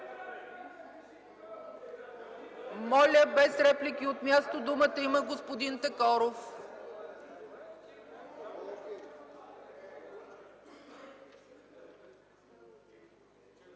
Моля, без реплики от място! Думата има господин Такоров!